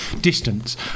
distance